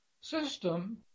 system